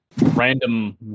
random